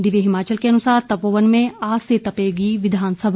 दिव्य हिमाचल के अनुसार तपोवन में आज से तपेगी विधानसभा